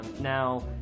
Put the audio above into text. now